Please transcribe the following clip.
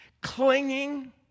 Clinging